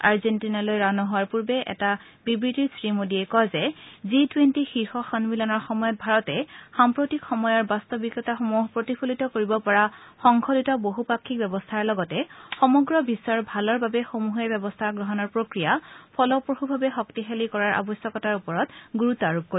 আৰ্জেণ্টিনালৈ ৰাওনা হোৱাৰ পূৰ্বে দিয়া এটা বিবৃতিত শ্ৰীমোদীয়ে কয় যে জি টুৱেণ্টি শীৰ্ষ সন্মিলনৰ সময়ত ভাৰতে সাম্প্ৰতিক সময়ৰ বাস্তৱিকতাসমূহ প্ৰতিফলিত কৰিব পৰা সংশোধিত বহুপাক্ষিক ব্যৱস্থাৰ লগতে সমগ্ৰ বিশ্বৰ ভালৰ বাবে সমূহীয়া ব্যৱস্থা গ্ৰহণৰ প্ৰক্ৰিয়া ফলপ্ৰসূভাৱে শক্তিশালী কৰাৰ আৱশ্যকতাৰ ওপৰত গুৰুত আৰোপ কৰিব